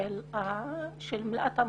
של מליאת המועצה.